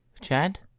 Chad